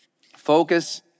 focus